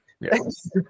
Yes